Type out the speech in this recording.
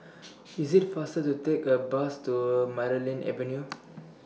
IS IT faster The Take A Bus to Marlene Avenue